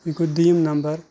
یہِ گوٚو دوٚیِم نَمبر